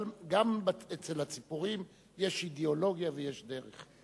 גם אצל הציפורים יש אידיאולוגיה ויש דרך.